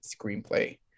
screenplay